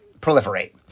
proliferate